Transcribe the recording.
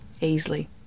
easily